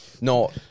No